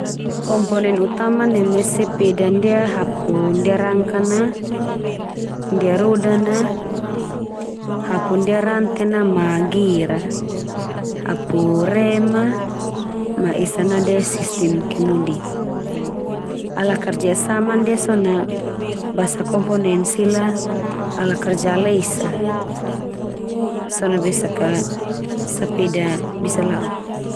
Komponen utama neme sepeda ndia hapu ndia rangka na, ndia roda na, hapu ndia rantai na, ma gir a. Hapu rem a, ma esa nade sistem kemudi. Ala karja sama ndia so na, basa komponen sila ala kerja la esa so na besa ka sepeda bisa la'ok.